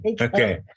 Okay